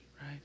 right